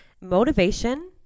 Motivation